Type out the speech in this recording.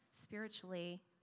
spiritually